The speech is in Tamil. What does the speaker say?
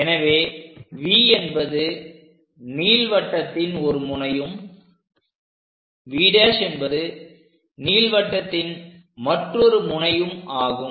எனவே V என்பது நீள்வட்டத்தின் ஒரு முனையும் V' என்பது நீள்வட்டத்தின் மற்றொரு முனையும் ஆகும்